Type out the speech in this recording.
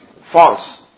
false